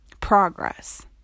progress